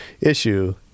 issue